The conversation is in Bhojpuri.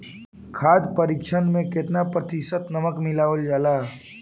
खाद्य परिक्षण में केतना प्रतिशत नमक मिलावल जाला?